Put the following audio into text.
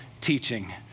teaching